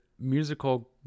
Musical